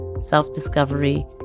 self-discovery